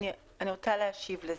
אני רוצה להשיב לזה.